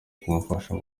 kumufasha